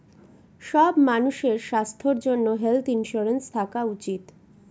সব মানুষের স্বাস্থ্যর জন্য হেলথ ইন্সুরেন্স থাকা উচিত